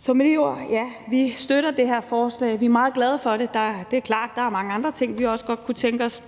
sige, at ja, vi støtter det her forslag. Vi er meget glade for det. Det er klart, at der er mange andre ting, vi også godt kunne tænke os